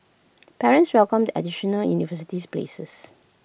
parents welcomed the additional university's places